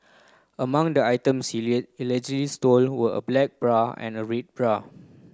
among the items he allegedly stole were a black bra and a red bra